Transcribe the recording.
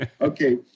Okay